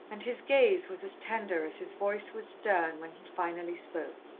and his gaze was as tender as his voice was stern when he finally spoke.